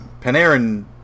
Panarin